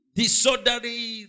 disorderly